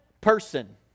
person